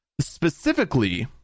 specifically